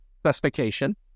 specification